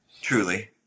Truly